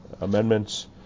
amendments